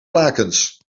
lakens